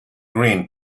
green